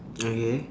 okay